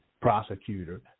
prosecutor